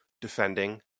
defending